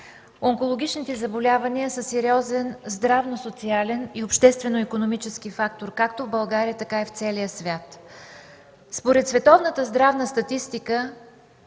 Онкологичните заболявания са сериозен здравно-социален и обществено-икономически фактор както в България, така и в целия свят. Според световната здравна статистика